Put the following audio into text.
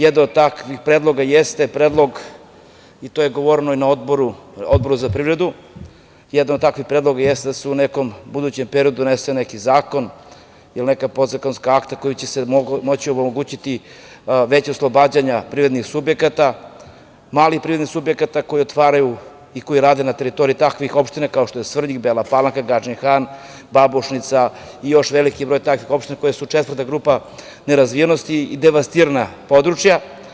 Jedan od takvih predloga jeste predlog, i to je govoreno na Odboru za privredu, jeste da se u nekom budućem periodu donese neki zakon ili neka podzakonska akta kojima će se omogućiti veća oslobađanja privrednih subjekata, malih privrednih subjekata koji otvaraju i koji rade na teritoriji takvih opština kao što je Svrljig, Bela Palanka, Gadžin Han, Babušnica, i još veliki broj takvih opština koje su četvrta grupa nerazvijenosti i devastirana područja.